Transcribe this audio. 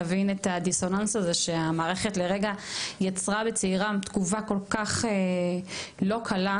להבין את הדיסוננס הזה שהמערכת לרגע יצרה בצעירה תגובה כל כך לא קלה,